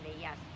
yes